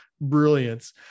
brilliance